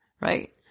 Right